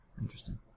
Interesting